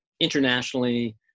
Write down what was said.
internationally